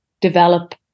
develop